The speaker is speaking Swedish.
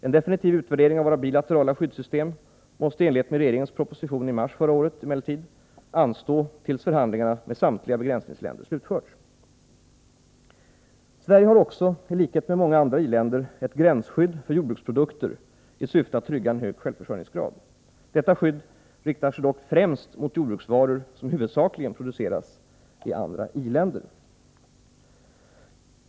En definitiv utvärdering av vårt bilaterala skyddssystem måste i enlighet med regeringens proposition i mars förra året emellertid anstå tills förhandlingarna med samtliga begränsningsländer slutförts. Sverige har också i likhet med många andra i-länder ett gränsskydd för jordbruksprodukter i syfte att trygga en hög självförsörjningsgrad. Detta skydd riktar sig dock främst mot jordbruksvaror som huvudsakligen producerats i andra i-länder.